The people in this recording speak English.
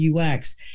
UX